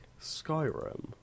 Skyrim